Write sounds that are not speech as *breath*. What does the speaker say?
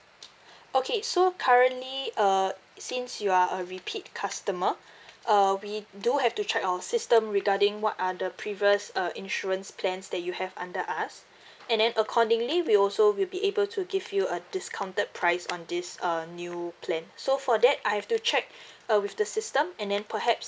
*breath* okay so currently uh since you are a repeat customer *breath* uh we do have to check our system regarding what are the previous uh insurance plans that you have under us *breath* and then accordingly we also will be able to give you a discounted price on this uh new plan so for that I have to check *breath* uh with the system and then perhaps